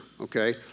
okay